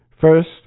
First